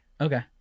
Okay